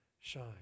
shine